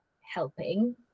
helping